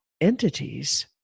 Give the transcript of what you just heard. entities